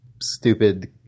stupid